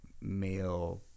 male